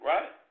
Right